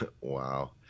Wow